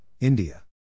India